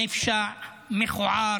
נפשע, מכוער.